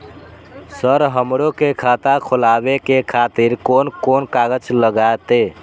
Sir हमरो के खाता खोलावे के खातिर कोन कोन कागज लागते?